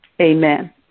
amen